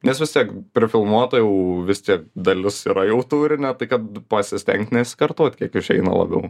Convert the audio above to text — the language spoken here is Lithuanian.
nes vis tiek prifilmuota jau vis tiek dalis yra jau turinio tai kad pasistengt nesikartot kiek išeina labiau